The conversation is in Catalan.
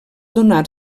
donar